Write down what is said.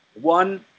one